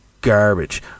garbage